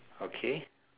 okay